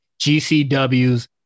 GCW's